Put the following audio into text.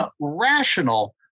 rational